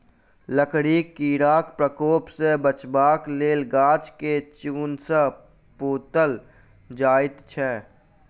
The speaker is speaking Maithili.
लकड़ीक कीड़ाक प्रकोप सॅ बचबाक लेल गाछ के चून सॅ पोतल जाइत छै